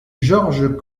georges